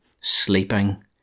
sleeping